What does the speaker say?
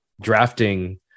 drafting